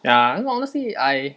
ya honestly I